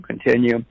continue